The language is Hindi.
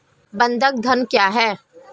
बंधक ऋण क्या है?